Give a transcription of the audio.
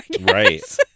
right